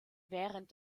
während